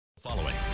following